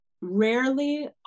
rarely